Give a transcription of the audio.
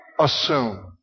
assume